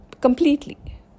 completely